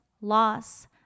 loss